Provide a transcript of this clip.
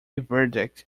verdict